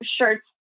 shirts